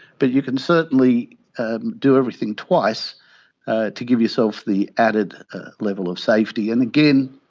but you can certainly do everything twice to give yourself the added level of safety. and again,